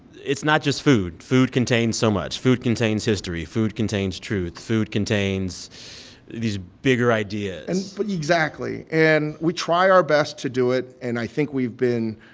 it's not just food. food contains so much. food contains history. food contains truth. food contains these bigger ideas and but exactly. and we try our best to do it. and i think we've been